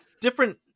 different